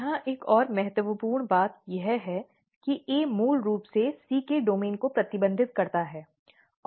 यहाँ एक और महत्वपूर्ण बात यह है कि A मूल रूप से C के डोमेन को प्रतिबंधित करता है और ये परस्पर विरोधी हैं